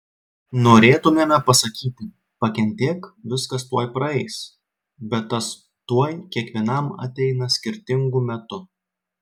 norėtumėme pasakyti pakentėk viskas tuoj praeis bet tas tuoj kiekvienam ateina skirtingu metu